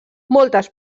moltes